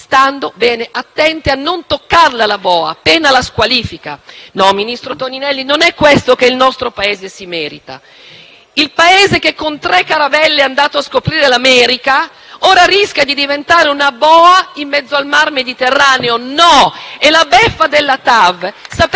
stando bene attenti a non toccarla, la boa, pena la squalifica. No, ministro Toninelli, non è questo che il nostro Paese si merita: il Paese che con tre caravelle è andato a scoprire l'America, ora rischia di diventare una boa in mezzo al mar Mediterraneo. No! *(Applausi dal Gruppo